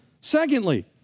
Secondly